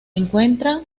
encuentra